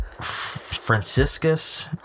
Franciscus